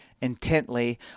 intently